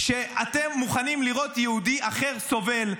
שאתם מוכנים לראות יהודי אחר סובל,